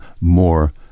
more